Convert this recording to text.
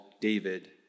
David